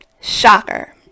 shocker